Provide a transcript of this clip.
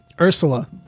Ursula